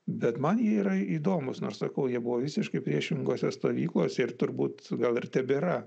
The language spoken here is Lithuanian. bet man jie yra įdomūs nors sakau jie buvo visiškai priešingose stovyklose ir turbūt gal ir tebėra